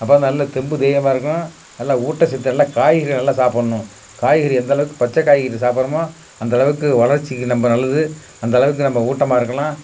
அப்போ தான் நல்லா தெம்பு தைரியமாக இருக்கும் நல்லா ஊட்டச்சத்து நல்லா காய்கறிகள் நல்லா சாப்பிட்ணும் காய்கறி எந்த அளவுக்கு பச்சை காய்கறி சாப்பிட்றமோ அந்த அளவுக்கு வளர்ச்சிக்கு ரொம்ப நல்லது அந்த அளவுக்கு நம்ம ஊட்டமாக இருக்கலாம்